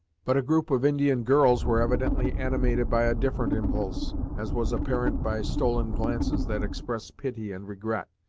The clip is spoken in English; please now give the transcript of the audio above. but a group of indian girls were evidently animated by a different impulse, as was apparent by stolen glances that expressed pity and regret.